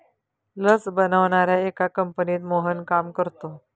लस बनवणाऱ्या एका कंपनीत मोहन काम करतो